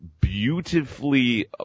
beautifully